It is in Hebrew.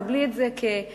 קבלי את זה כתשובתי.